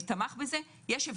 לא נכריח.